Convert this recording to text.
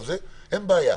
אין בעיה,